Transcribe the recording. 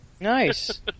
Nice